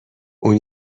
اون